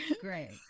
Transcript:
Great